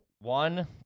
One